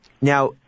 now